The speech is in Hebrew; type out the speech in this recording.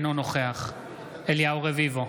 אינו נוכח אליהו רביבו,